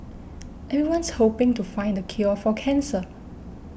everyone's hoping to find the cure for cancer